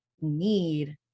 need